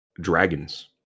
dragons